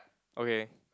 okay